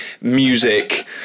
Music